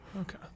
Okay